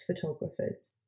photographers